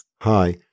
Hi